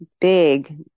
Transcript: Big